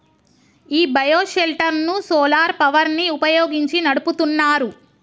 ఈ bio shelter ను solar power ని వుపయోగించి నడుపుతున్నారు